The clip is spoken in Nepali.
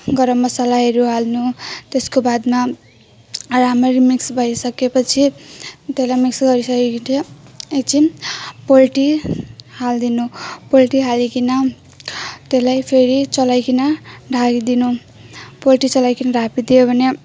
गरम मसलाहरू हाल्नु त्यसको बादमा राम्ररी मिक्स गरिसकेपछि त्यसलाई मिक्स गरिसकेपछि एकछिन पोल्ट्री हालिदिनु पोल्ट्री हालिकन त्यसलाई फेरि चलाइकन ढाकिदिनु पोल्ट्री चलाइकन ढाकिदियो भने